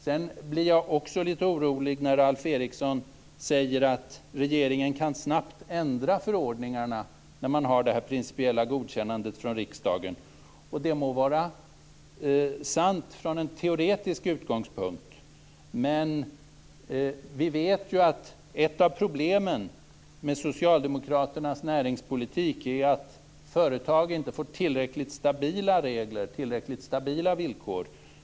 Sedan blir jag också litet orolig när Alf Eriksson säger att regeringen snabbt kan ändra förordningarna när man har det principiella godkännandet från riksdagen. Det må vara sant från en teoretisk utgångspunkt, men vi vet att ett av problemen med socialdemokraternas näringspolitik är att företag inte får tillräckligt stabila regler och tillräckligt stabila villkor.